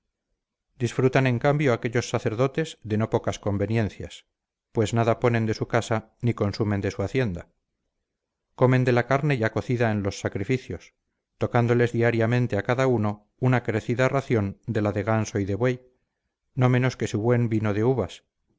disfrutan en cambio aquellos sacerdotes de no pocas conveniencias pues nada ponen de su casa ni consumen de su hacienda comen de la carne ya cocida en los sacrificios tocándoles diariamente a cada uno una crecida ración de la de ganso y de buey no menos que su buen vino de uvas